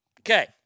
Okay